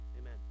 Amen